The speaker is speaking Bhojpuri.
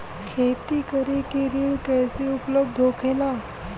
खेती करे के ऋण कैसे उपलब्ध होखेला?